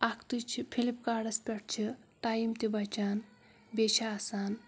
اَکھتُے چھُ flip cards پٮ۪ٹھ چھِ ٹایِم تہِ بَچان بیٚیہِ چھِ آسان